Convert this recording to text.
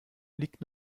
liegt